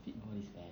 fit body's better